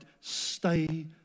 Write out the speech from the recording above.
Stay